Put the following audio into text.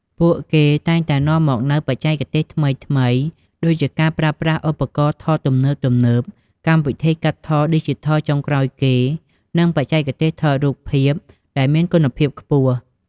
ពួកគេតែងតែនាំមកនូវ បច្ចេកទេសថ្មីៗ ដូចជាការប្រើប្រាស់ឧបករណ៍ថតទំនើបៗ កម្មវិធីកាត់តឌីជីថលចុងក្រោយគេ និងបច្ចេកទេសថតរូបភាពដែលមានគុណភាពខ្ពស់។